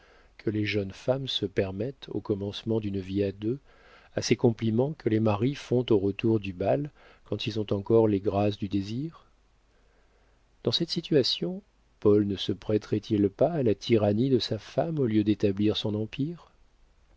que les jeunes femmes se permettent au commencement d'une vie à deux à ces compliments que les maris font au retour du bal quand ils ont encore les grâces du désir dans cette situation paul ne se prêterait il pas à la tyrannie de sa femme au lieu d'établir son empire